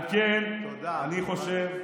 על כן אני חושב,